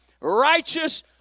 righteous